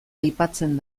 aipatzen